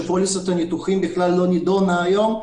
שהיא לא נדונה היום,